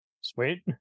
Sweet